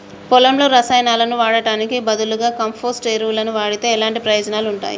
పొలంలో రసాయనాలు వాడటానికి బదులుగా కంపోస్ట్ ఎరువును వాడితే ఎలాంటి ప్రయోజనాలు ఉంటాయి?